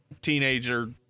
teenager